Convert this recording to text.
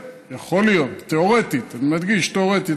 כן, יכול להיות, תיאורטית, אני מדגיש, תיאורטית.